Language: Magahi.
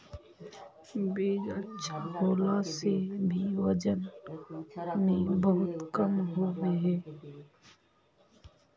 बीज अच्छा होला से भी वजन में बहुत कम होबे है?